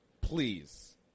please